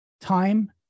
time